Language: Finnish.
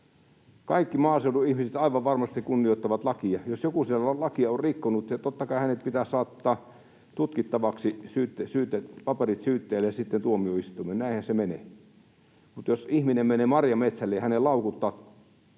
Kaikki maaseudun ihmiset aivan varmasti kunnioittavat lakia. Jos joku siellä lakia on rikkonut, totta kai hänet pitää saattaa tutkittavaksi, paperit syyttäjälle ja sitten tuomioistuimeen. Näinhän se menee. Mutta ajatelkaa rehellistä